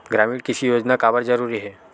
ग्रामीण कृषि योजना काबर जरूरी हे?